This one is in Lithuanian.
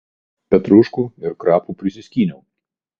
petruškų ir krapų prisiskyniau